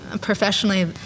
professionally